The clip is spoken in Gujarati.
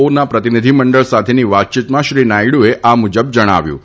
ઓના પ્રતિનિધિમંડળ સાથેની વાતચીતમાં શ્રી નાયડુએ આ મુજબ જણાવ્યું હતું